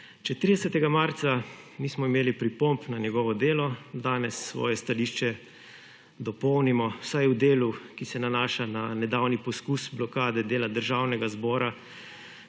30. marca nismo imeli pripomb na njegovo delo, danes svoje stališče dopolnimo vsaj v delu, ki se nanaša na nedavni poskus blokade dela Državnega zbora,